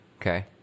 okay